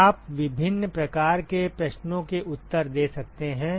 आप विभिन्न प्रकार के प्रश्नों के उत्तर दे सकते हैं